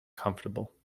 comfortable